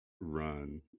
run